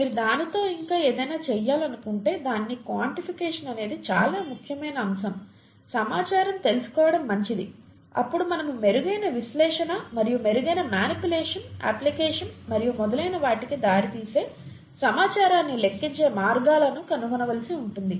మీరు దానితో ఇంకా ఏదైనా చేయాలనుకుంటే దాని క్వాన్టిఫికేషన్ అనేది చాలా ముఖ్యమైన అంశం సమాచారం తెలుసుకోవడం మంచిది అప్పుడు మనము మెరుగైన విశ్లేషణ మరియు మెరుగైన మానిప్యులేషన్ అప్లికేషన్ మరియు మొదలైన వాటికి దారితీసే సమాచారాన్ని లెక్కించే మార్గాలను కనుగొనవలసి ఉంటుంది